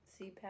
CPAP